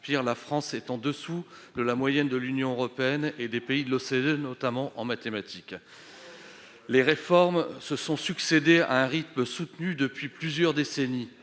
la France se situe en dessous de la moyenne de l'Union européenne et des pays de l'OCDE, notamment en mathématiques. Les réformes se sont succédé à un rythme soutenu depuis plusieurs décennies,